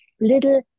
little